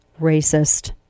racist